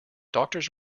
doctors